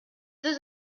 deux